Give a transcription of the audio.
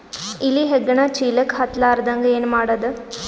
ಇಲಿ ಹೆಗ್ಗಣ ಚೀಲಕ್ಕ ಹತ್ತ ಲಾರದಂಗ ಏನ ಮಾಡದ?